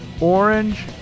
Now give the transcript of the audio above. Orange